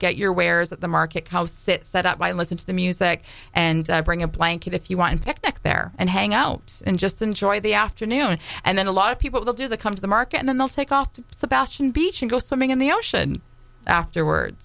get your wares at the market house sit set up by listen to the music and bring a blanket if you want to picnic there and hang out and just enjoy the afternoon and then a lot of people will do the come to the mark and then they'll take off to sebastian beach and go swimming in the ocean afterwards